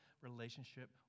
relationship